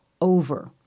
over